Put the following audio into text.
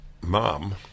mom